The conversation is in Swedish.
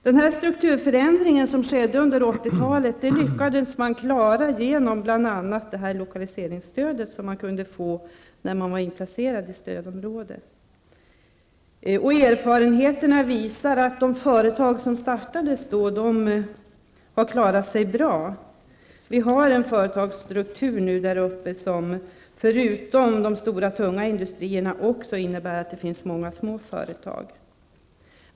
Den strukturförändring som skedde under 1980 talet lyckades man klara bl.a. genom det lokaliseringstöd man kunde få när Örnsköldsvik var inplacerat i stödområde. Erfarenheterna visar att de företag som startades då har klarat sig bra. Vi har nu en företagsstruktur som, förutom de stora tunga industrierna, också innebär att det finns många små företag.